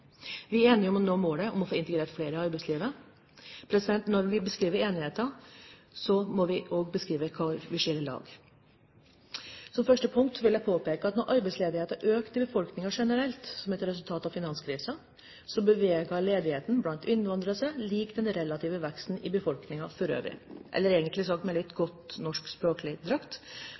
Vi er enige i målet om å få integrert flere i arbeidslivet. Når vi beskriver enigheten, må vi også beskrive hvor vi skiller lag. Som første punkt vil jeg påpeke at da arbeidsledigheten økte i befolkningen generelt som et resultat av finanskrisen, beveget ledigheten blant innvandrere seg likt med den relative veksten i befolkningen for øvrig. Eller sagt i en god norsk